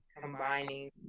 combining